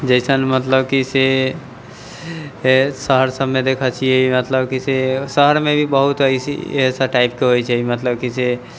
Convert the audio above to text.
जैसन मतलब कि से शहर सबमे देखै छियै मतलब कि से शहरमे भी बहुत ऐसा टाइपके होइ छै मतलब कि से